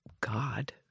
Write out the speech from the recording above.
God